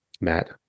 matt